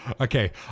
Okay